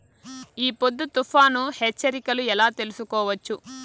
ఈ పొద్దు తుఫాను హెచ్చరికలు ఎలా తెలుసుకోవచ్చు?